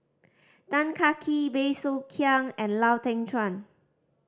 Tan Kah Kee Bey Soo Khiang and Lau Teng Chuan